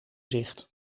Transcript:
zicht